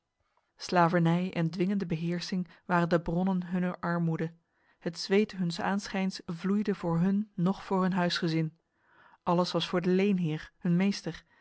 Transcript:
slavernij en dwingende beheersing waren de bronnen hunner armoede het zweet huns aanschijns vloeide voor hun noch voor hun huisgezin alles was voor de leenheer hun meester